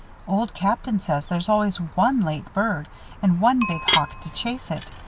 old captain says there's always one late bird and one big hawk to chase it.